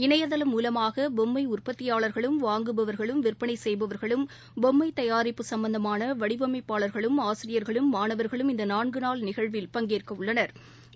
இணையதளம் மூலமாக பொம்மை உற்பத்தியாளர்களும் வாங்குபவர்களும் விற்பனை செய்பவர்களும் பொம்மை தயாரிப்பு சம்பந்தமான வடிவமைப்பாளர்களும் ஆசிரியர்களும் மாணவர்களும் இந்த நான்கு நாள் நிகழ்வில் பங்கேற்கவுள்ளனா்